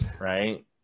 Right